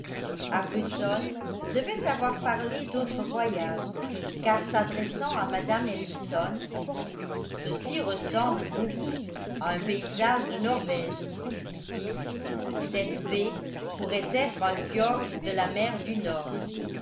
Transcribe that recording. arbuton devait avoir parlé d'autres voyages car s'adressant à mme ellison ceci ressemble beaucoup à un paysage de norvège dit-il cette baie pourrait être un fiord de la mer du nord